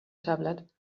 tablet